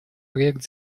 проект